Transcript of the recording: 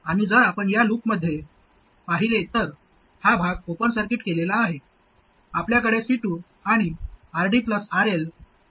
आणि जर आपण या लूपमध्ये पाहिले तर हा भाग ओपन सर्किट केलेला आहे आपल्याकडे C2 आणि RD RL त्याच्या अक्रॉस आहे